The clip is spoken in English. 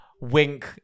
Wink